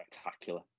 spectacular